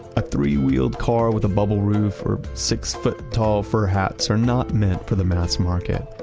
a three-wheeled car with a bubble roof or six foot tall fur hats are not meant for the mass market.